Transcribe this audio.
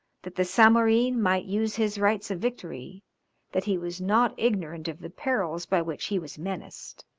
that the zamorin might use his rights of victory that he was not ignorant of the perils by which he was menaced,